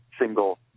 single